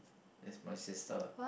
is my sister